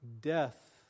death